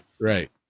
Right